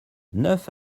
neuf